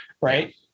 right